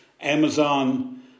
Amazon